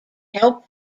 help